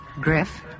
Griff